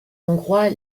hongrois